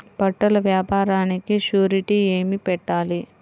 బట్టల వ్యాపారానికి షూరిటీ ఏమి పెట్టాలి?